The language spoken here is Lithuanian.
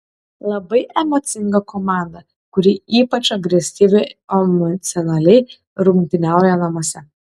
labai emocinga komanda kuri ypač agresyviai emocionaliai rungtyniauja namuose